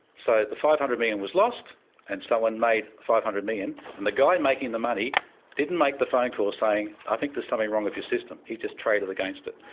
so the five hundred million was lost and someone made five hundred million, and the guy making the money didn't make the phone calls saying, i think there's something wrong with your system he just traded against it.